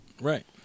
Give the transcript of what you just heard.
Right